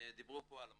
דיברו פה על מורשת,